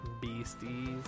Beasties